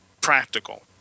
practical